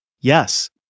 Yes